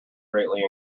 greatly